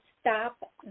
stop